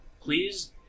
Please